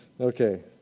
Okay